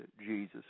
Jesus